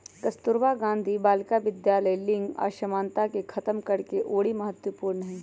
कस्तूरबा गांधी बालिका विद्यालय लिंग असमानता के खतम करेके ओरी महत्वपूर्ण हई